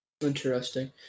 Interesting